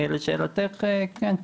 לשאלתך, כן.